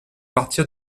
partir